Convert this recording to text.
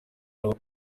aba